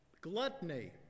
Gluttony